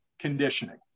conditioning